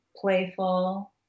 playful